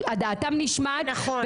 דעתם נשמעתם,